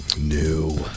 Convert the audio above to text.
New